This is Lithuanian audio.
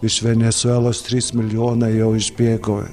iš venesuelos trys milijonai jau išbėgo